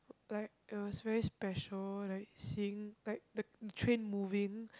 like it was very special like seeing like the train moving